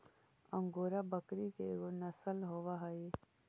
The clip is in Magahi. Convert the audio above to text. अंगोरा बकरी के एगो नसल होवऽ हई